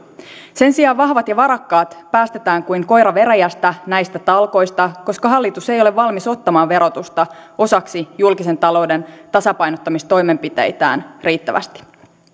sen sijaan vahvat ja varakkaat päästetään kuin koira veräjästä näistä talkoista koska hallitus ei ole valmis ottamaan verotusta osaksi julkisen talouden tasapainottamistoimenpiteitään riittävästi